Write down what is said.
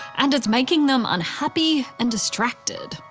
and it's making them unhappy and distracted.